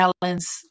balance